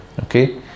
Okay